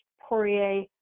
Poirier